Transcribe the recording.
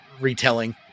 retelling